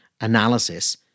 analysis